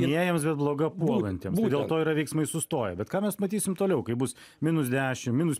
gynėjams bet bloga puolantiems tai dėl to yra veiksmai sustoję bet ką mes matysim toliau kai bus minus dešim minus